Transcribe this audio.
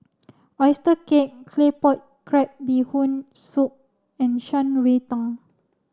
Oyster Cake Claypot Crab Bee Hoon Soup and Shan Rui Tang